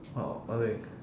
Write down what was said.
oh what thing